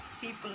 people